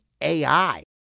AI